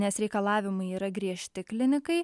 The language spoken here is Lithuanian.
nes reikalavimai yra griežti klinikai